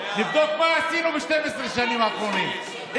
נבדוק מה עשינו ב-12 השנים האחרונות.